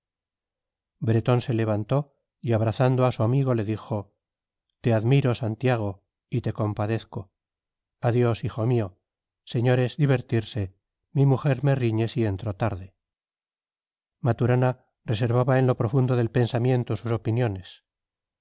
bretón se levantó y abrazando a su amigo le dijo te admiro santiago y te compadezco adiós hijo mío señores divertirse mi mujer me riñe si entro tarde maturana reservaba en lo profundo del pensamiento sus opiniones